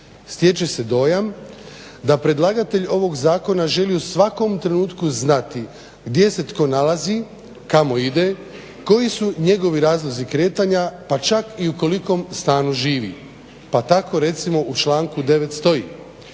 Stječe se dojam da predlagatelj ovog zakona želi u svakom trenutku znati gdje se tko nalazi, kamo ide, koji su njegovi razlozi kretanja pa čak i u kolikom stanu živi. Pa tako recimo u članku 9.stoji